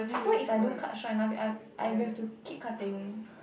so if I don't cut short enough I've I will have to keep cutting